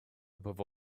above